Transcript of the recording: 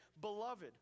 beloved